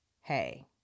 Hey